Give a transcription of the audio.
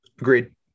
Agreed